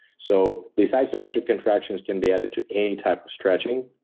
so these isometric contractions can be added to any type of stretching,